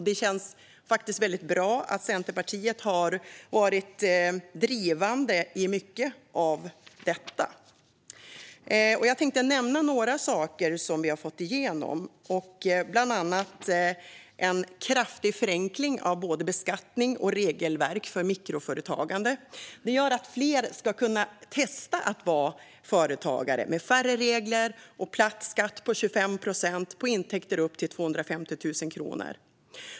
Det känns faktiskt bra att Centerpartiet har varit drivande när det gäller mycket av detta. Jag tänker nämna några saker som vi har fått igenom. Det handlar bland annat om en kraftig förenkling av både beskattning av och regelverk för mikroföretagande. Fler ska kunna testa att vara företagare med färre regler och med en platt skatt på 25 procent på intäkter upp till 250 000 kr.